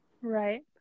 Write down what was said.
Right